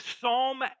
Psalm